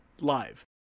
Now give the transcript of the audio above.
live